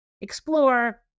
explore